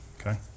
okay